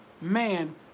man